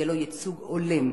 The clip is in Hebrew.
יהיה לו ייצוג הולם.